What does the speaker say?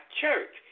church